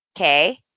okay